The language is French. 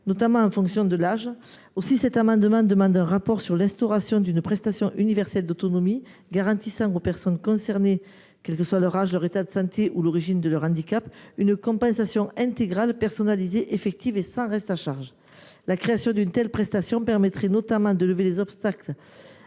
notamment en raison de l’âge. Aussi cet amendement tend il à demander un rapport gouvernemental sur l’instauration d’une prestation universelle d’autonomie, garantissant aux personnes concernées, quels que soient leur âge, leur état de santé ou l’origine de leur handicap, une compensation intégrale, personnalisée, effective et sans reste à charge. La création d’une telle prestation permettrait de lever les obstacles